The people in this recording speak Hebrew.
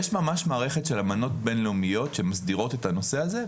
יש ממש מערכת של האמנות בינלאומיות שמסדירות את הנושא הזה.